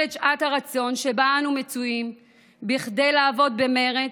את שעת הרצון שבה אנו מצויים כדי לעבוד במרץ,